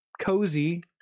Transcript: cozy